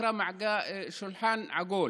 שנקרא שולחן עגול.